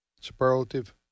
superlative